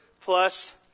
plus